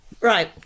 Right